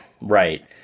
Right